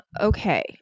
Okay